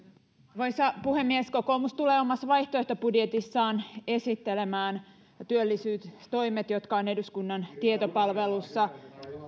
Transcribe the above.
arvoisa puhemies kokoomus tulee omassa vaihtoehtobudjetissaan esittelemään työllisyystoimet jotka on eduskunnan tietopalvelussa